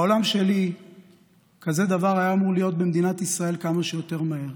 בעולם שלי כזה דבר היה אמור להיות במדינת ישראל כמה שיותר מהר.